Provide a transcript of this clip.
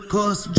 Cause